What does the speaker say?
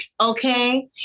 Okay